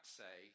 say